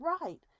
right